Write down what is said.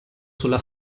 sulla